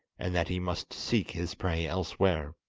and that he must seek his prey elsewhere.